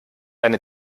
eine